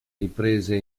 riprese